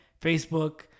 Facebook